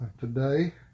today